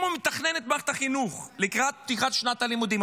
אם הוא מתכנן את מערכת החינוך לקראת פתיחת שנת הלימודים,